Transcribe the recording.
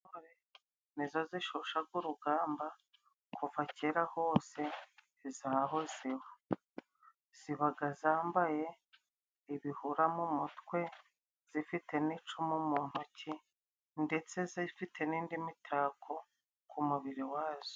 Nizo zishushaga urugamba kuva kera hose zahozeho, zibaga zambaye ibihura mu mutwe zifite n'icumu mu ntoki ndetse zifite n'indi mitako ku mubiri wazo.